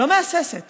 לא מהססת